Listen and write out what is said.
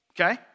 okay